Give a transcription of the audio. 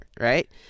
right